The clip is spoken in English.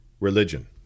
religion